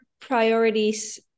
priorities